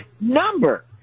number